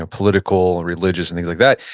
ah political and religious and things like that,